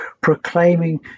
proclaiming